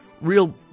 real